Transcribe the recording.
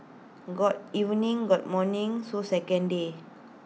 got evening got morning so second day